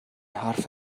حرف